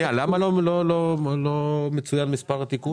התשמ"ה-1985," למה לא מצוין מספר התיקון?